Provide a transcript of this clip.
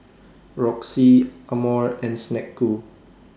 Roxy Amore and Snek Ku